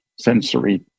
Sensory